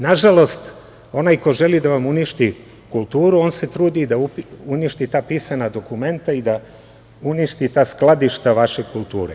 Nažalost, onaj ko želi da vam uništi kulturu, on se trudi da uništi ta pisana dokumenta i da uništi ta skladišta vaše kulture.